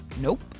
Nope